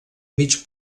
mig